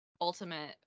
ultimate